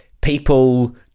people